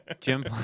Jim